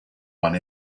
one